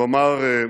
והוא אמר: